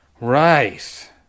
Right